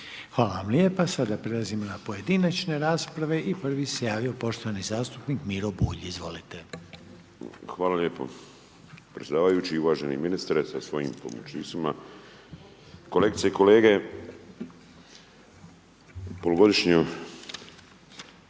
Hvala vam lijepa. Sada prelazimo na pojedinačne rasprave i prvi se javio poštovani zastupnik Miro Bulj, izvolite. **Bulj, Miro (MOST)** Hvala lijepo predsjedavajući i uvaženi ministre sa svojim pomoćnicima. Kolegice i kolege, polugodišnju